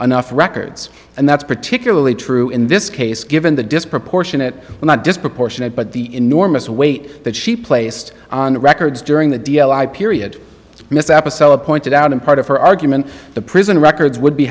enough records and that's particularly true in this case given the disproportionate not disproportionate but the enormous weight that she placed on the records during the d l i period miss apicella pointed out in part of her argument the prison records would be